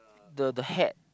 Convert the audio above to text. the the hat